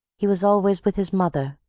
he was always with his mother,